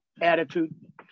attitude